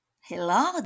hello